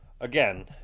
Again